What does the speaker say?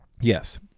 Yes